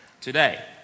today